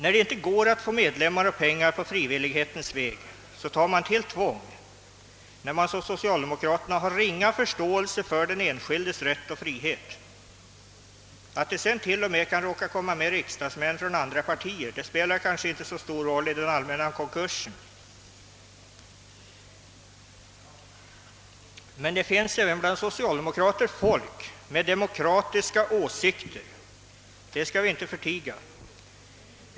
När det inte går att få medlemmar och pengar på frivillighetens väg, tar man till tvång, då man som socialdemokraterna har ringa förståelse för den enksildes rätt och frihet. Att det sedan t.o.m. kan råka komma med riksdagsmän från andra partier, spelar kanske inte så stor roll i den allmänna konkursen. Det finns emellertid även bland socialdemokrater folk med demokratiska åsikter -— det skall vi inte förtiga.